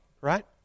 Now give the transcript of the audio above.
right